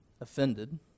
offended